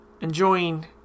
enjoying